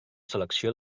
selecció